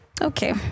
Okay